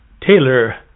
Taylor